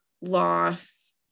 loss